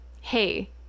hey